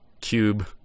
Cube